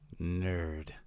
Nerd